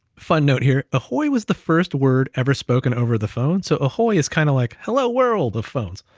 fun note here, ahoy was the first word ever spoken over the phone. so ahoy is kinda like hello world of phones.